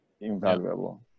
invaluable